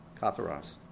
katharos